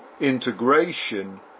integration